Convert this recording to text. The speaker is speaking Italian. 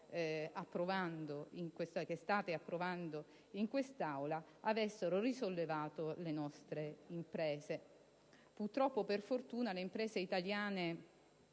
oggi state per approvare in quest'Aula a risollevare le nostre imprese. Purtroppo, o per fortuna, le imprese italiane